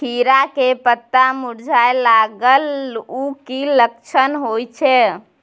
खीरा के पत्ता मुरझाय लागल उ कि लक्षण होय छै?